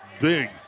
big